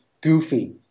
Goofy